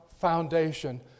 foundation